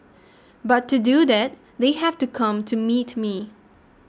but to do that they have to come to meet me